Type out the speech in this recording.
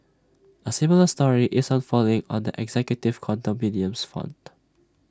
A similar story is unfolding on the executive condominiums front